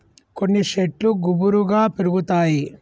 కొన్ని శెట్లు గుబురుగా పెరుగుతాయి